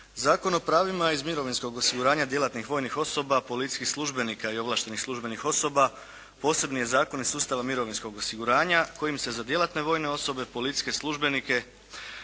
Zakon o pravima iz mirovinskog osiguranja djelatnih vojnih osoba, policijskih službenika i ovlaštenih službenih osoba posebni je zakon iz sustava mirovinskog osiguranja kojim se za djelatne vojne osobe, policijske službenike